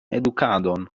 edukadon